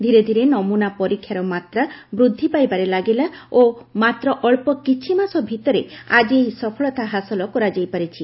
ଧୀରେ ଧୀରେ ନମୁନା ପରୀକ୍ଷାର ମାତ୍ରା ବୃଦ୍ଧି ପାଇବାରେ ଲାଗିଲା ଓ ମାତ୍ର ଅଳ୍ପ କିଛି ମାସ ଭିତରେ ଆଜି ଏହି ସଫଳତା ହାସଲ କରାଯାଇ ପାରିଛି